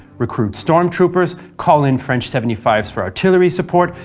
recruit stormtroopers, call in french seventy five s for artillery support,